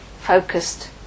focused